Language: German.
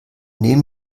nehmen